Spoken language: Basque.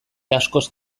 askoz